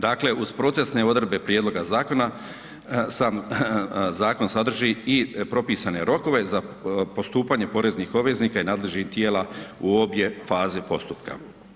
Dakle, uz procesne odredbe prijedloga zakona, sam zakon sadrži i propisane rokove za postupanje poreznih obveznika i nadležnih tijela u obje faze postupka.